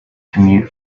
commute